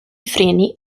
freni